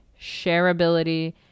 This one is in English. shareability